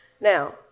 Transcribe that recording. Now